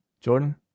jordan